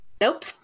Nope